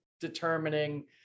determining